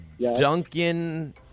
Duncan